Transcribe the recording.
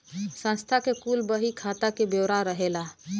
संस्था के कुल बही खाता के ब्योरा रहेला